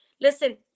listen